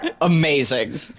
Amazing